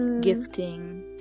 gifting